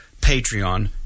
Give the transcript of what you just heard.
Patreon